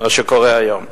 מה שקורה היום.